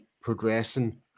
progressing